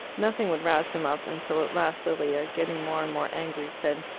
nothing would rouse him up, until at last lilia, getting more and more angry, said,